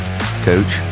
coach